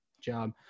job